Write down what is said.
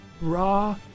Raw